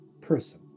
person